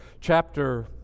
chapter